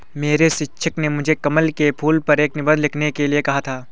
मेरे शिक्षक ने मुझे कमल के फूल पर एक निबंध लिखने के लिए कहा था